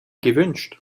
gewünscht